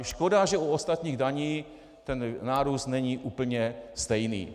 Škoda, že u ostatních daní ten nárůst není úplně stejný.